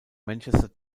manchester